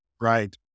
Right